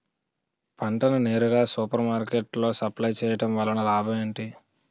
పంట ని నేరుగా సూపర్ మార్కెట్ లో సప్లై చేయటం వలన లాభం ఏంటి?